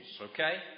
okay